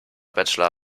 bachelor